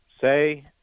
say